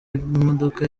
imodoka